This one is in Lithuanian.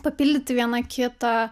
papildyti viena kitą